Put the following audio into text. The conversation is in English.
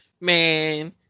Man